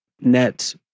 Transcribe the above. net